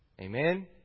Amen